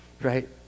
right